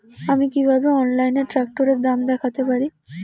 আমি কিভাবে অনলাইনে ট্রাক্টরের দাম দেখতে পারি?